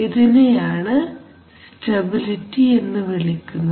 ഇതിനെയാണ് സ്റ്റെബിലിറ്റി എന്ന് വിളിക്കുന്നത്